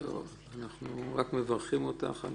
אנחנו רק מברכים אותך על